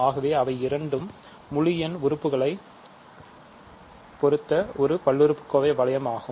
ஆகவே அவை இரண்டும் முழு எண் உறுப்புகளைப் பொருத்த ஒரு பல்லுறுப்புக்கோவை வளையம் ஆகும்